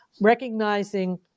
recognizing